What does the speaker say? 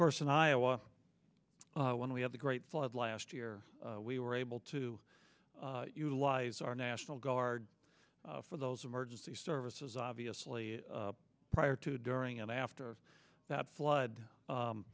course in iowa when we had the great flood last year we were able to utilize our national guard for those emergency services obviously prior to during and after that flood